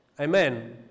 Amen